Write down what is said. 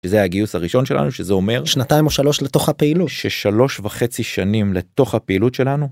וזה הגיוס הראשון שלנו, שזה אומר... שנתיים או שלוש לתוך הפעילות. ששלוש וחצי שנים לתוך הפעילות שלנו